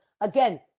again